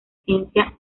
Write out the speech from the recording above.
ciencia